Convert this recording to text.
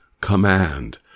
command